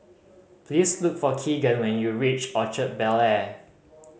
please look for Keagan when you reach Orchard Bel Air